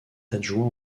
adjoint